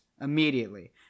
immediately